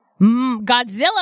Godzilla